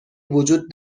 وجود